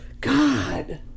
God